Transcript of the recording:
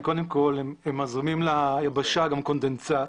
כי קודם כל הם מזרימים ליבשה גם קונדנסנט